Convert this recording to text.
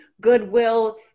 goodwill